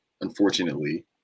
unfortunately